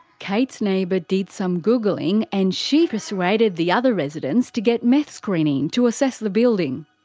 kate's neighbour did some googling and she persuaded the other residents to get meth screen in to assess the building.